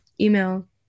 email